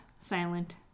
silent